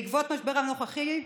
בעקבות המשבר הנוכחי,